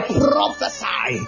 prophesy